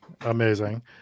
Amazing